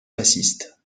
bassiste